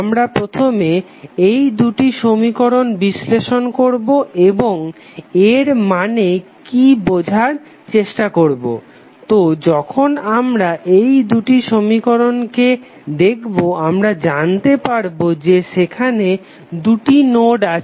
আমরা প্রথমে এই দুটি সমীকরণ বিশ্লেষণ করবো এবং এর মানে কি বোঝার চেষ্টা করবো তো যখন আমরা এই দুটি সমীকরণকে দেখবো আমরা জানতে পারবো যে সেখানে দুটি নোড আছে